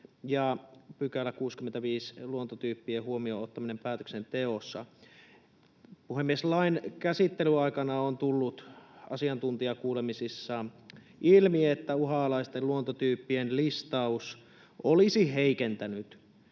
ja 65 §, luontotyyppien huomioonottaminen päätöksenteossa. Puhemies! Lain käsittelyn aikana on tullut asiantuntijakuulemisissa ilmi, että uhanalaisten luontotyyppien listaus olisi heikentänyt